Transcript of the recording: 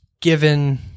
given